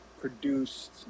produced